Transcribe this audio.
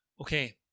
Okay